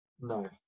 No